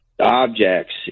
objects